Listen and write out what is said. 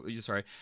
sorry